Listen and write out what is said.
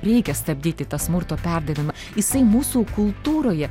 reikia stabdyti tą smurto perdavimą jisai mūsų kultūroje